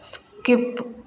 skip